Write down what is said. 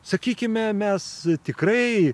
sakykime mes tikrai